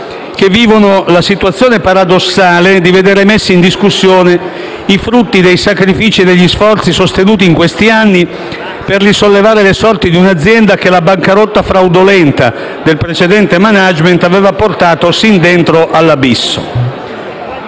che vivono la situazione paradossale di vedere messi in discussione i frutti dei sacrifici e degli sforzi sostenuti in questi anni per risollevare le sorti di un'azienda che la bancarotta fraudolenta del precedente *management* aveva portato sin dentro all'abisso.